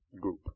group